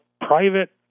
private